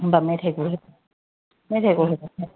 होमबा मेथायखौहाय मेथायखौहाय